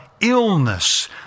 illness